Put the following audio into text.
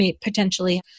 potentially